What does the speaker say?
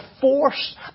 force